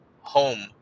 home